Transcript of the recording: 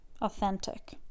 authentic